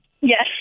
Yes